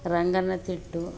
Ranganathittu